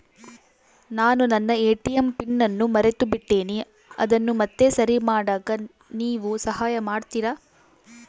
ನಾನು ನನ್ನ ATM pin ಅನ್ನು ಮರೆತುಬಿಟ್ಟೇನಿ ಅದನ್ನು ಮತ್ತೆ ಸರಿ ಮಾಡಾಕ ನೇವು ಸಹಾಯ ಮಾಡ್ತಿರಾ?